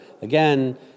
again